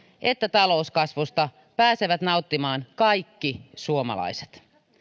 että talouskasvusta pääsevät nauttimaan kaikki suomalaiset